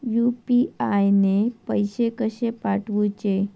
UPI ने पैशे कशे पाठवूचे?